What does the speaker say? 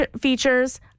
features